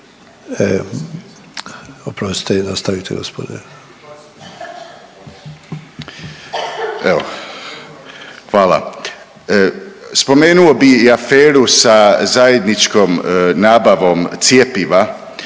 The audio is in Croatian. Oprostite. Nastavite gospodine./…